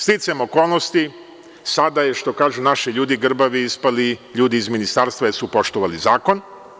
Sticajem okolnosti, sada su, što kažu naši ljudi, grbavi ispali ljudi iz Ministarstva jer su poštovali zakon.